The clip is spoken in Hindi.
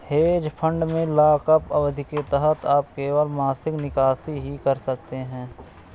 हेज फंड में लॉकअप अवधि के तहत आप केवल मासिक निकासी ही कर सकते हैं